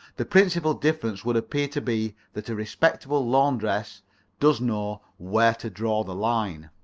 the principal difference would appear to be that a respectable laundress does know where to draw the line.